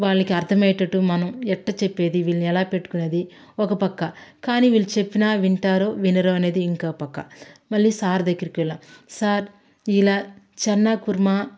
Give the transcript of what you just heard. వాళ్ళకి అర్థమయేటట్టు మనం ఎట్ట చెప్పేది వీళ్ళని ఎలా పెట్టుకునేది ఒక పక్క కానీ వీళ్ళు చెప్పిన వింటారో వినరో అనేది ఇంకో పక్క మళ్ళీ సార్ దగ్గరికి వెళ్ళాను సార్ ఇలా చనా కుర్మా